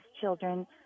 children